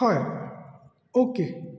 हय ओके